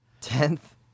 Tenth